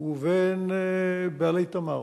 לבין בעלי "תמר"